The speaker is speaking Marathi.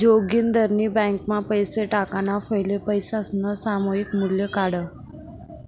जोगिंदरनी ब्यांकमा पैसा टाकाणा फैले पैसासनं सामायिक मूल्य काढं